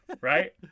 right